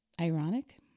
Ironic